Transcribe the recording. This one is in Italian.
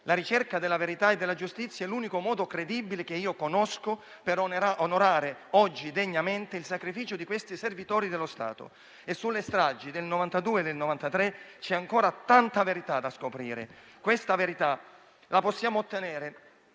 la ricerca della verità e della giustizia è l'unico modo credibile che io conosco per onorare oggi degnamente il sacrificio di questi servitori dello Stato. Sulle stragi del 1992 e 1993 c'è ancora da scoprire tanta verità e la possiamo ottenere